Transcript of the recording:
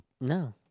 No